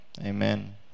Amen